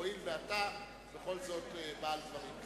הואיל ואתה בכל זאת בעל דברים.